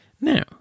Now